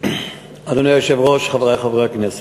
אדוני היושב-ראש, חברי חברי הכנסת,